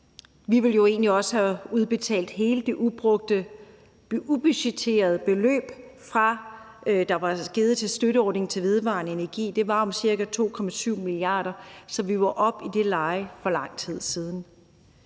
Vi ville jo egentlig også have udbetalt hele det ubudgetterede beløb, der var givet til støtteordningen til vedvarende energi – det drejede sig om ca. 2,7 mia. kr., så vi var oppe i det leje for lang tid siden.